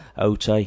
Ote